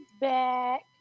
back